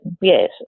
Yes